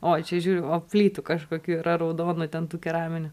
o čia žiūriu o plytų kažkokių yra raudonų ten tų keraminių